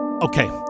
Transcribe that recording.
Okay